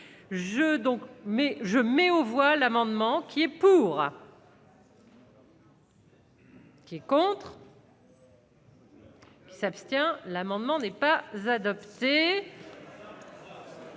je mets aux voix l'amendement qui est pour. Qui est contres. Qui s'abstient l'amendement n'est pas adopté.